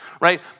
right